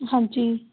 ਹਾਂਜੀ